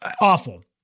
Awful